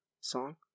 song